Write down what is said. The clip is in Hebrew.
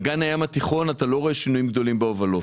באגן הים התיכון אתה לא רואה שינויים גדולים בהובלות.